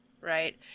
Right